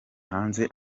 hanze